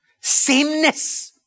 sameness